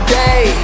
day